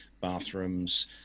bathrooms